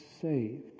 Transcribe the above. saved